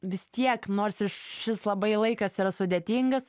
vis tiek nors ir šis labai laikas yra sudėtingas